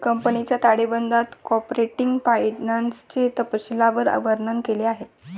कंपनीच्या ताळेबंदात कॉर्पोरेट फायनान्सचे तपशीलवार वर्णन केले आहे